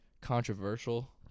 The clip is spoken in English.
controversial